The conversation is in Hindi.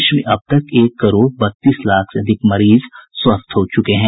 देश में अब तक एक करोड़ बत्तीस लाख से अधिक मरीज स्वस्थ हो चुके हैं